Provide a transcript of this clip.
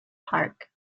park